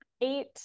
eight